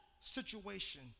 situation